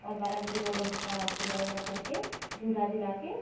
और बारह बजे वो लोग अपना पूजा वूजा करके झूला झुला के